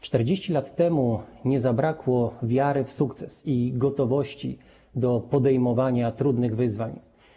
40 lat temu nie zabrakło wiary w sukces i gotowości do podejmowania trudnych wyzwań.